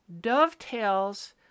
dovetails